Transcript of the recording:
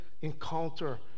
encounter